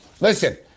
Listen